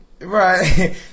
Right